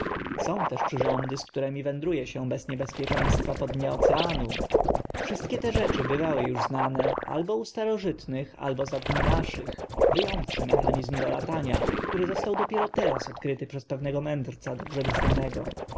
też przyrządy z którymi wędru e się bez niebezpieczeństwa po dnie oceanu wszystkie te rzeczy bywały uż znane albo u starożytnych albo za dni naszych wy ąwszy mechanizm do latania który został dopiero teraz odkryty przez pewnego mędrca dobrze mi znanego